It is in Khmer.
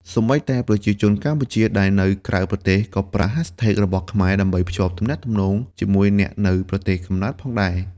សូម្បីតែប្រជាជនកម្ពុជាដែលនៅក្រៅប្រទេសក៏ប្រើ hashtags របស់ខ្មែរដើម្បីភ្ជាប់ទំនាក់ទំនងជាមួយអ្នកនៅប្រទេសកំណើតផងដែរ។